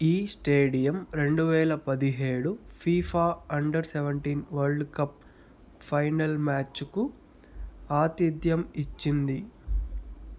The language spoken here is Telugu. ఈ స్టేడియం రెండు వేల పదిహేడు FIFA under seventeen world cup final మ్యాచ్కు ఆతిథ్యం ఇచ్చింది